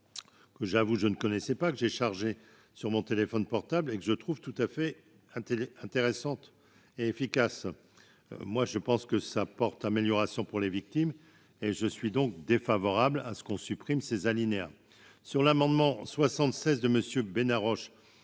que j'avoue que je ne connaissais pas que j'ai chargé sur mon téléphone portable et que je trouve tout à fait télé intéressante et efficace, moi je pense que ça porte amélioration pour les victimes et je suis donc défavorable à ce qu'on supprime ces alinéas sur l'amendement 76 de Monsieur Bénard Roche